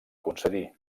concedir